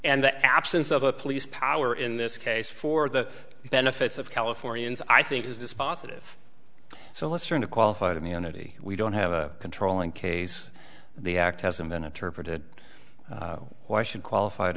and the absence of a police power in this case for the benefits of californians i think is dispositive so let's turn to qualified immunity we don't have a controlling case the act hasn't been interpreted why should qualified